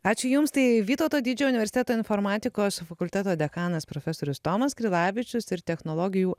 ačiū jums tai vytauto didžiojo universiteto informatikos fakulteto dekanas profesorius tomas krilavičius ir technologijų